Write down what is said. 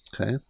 Okay